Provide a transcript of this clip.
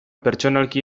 pertsonalki